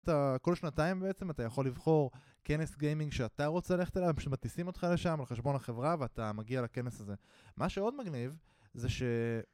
כל שנתיים בעצם אתה יכול לבחור כנס גיימינג שאתה רוצה ללכת אליו שמטיסים אותך לשם על חשבון החברה ואתה מגיע לכנס הזה מה שעוד מגניב זה ש...